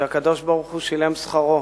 שהקדוש-ברוך-הוא שילם שכרו,